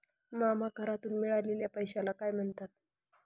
मामा करातून मिळालेल्या पैशाला काय म्हणतात?